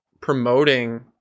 promoting